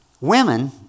Women